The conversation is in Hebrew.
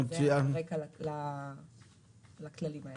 זה הרקע לכללים האלה.